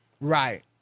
Right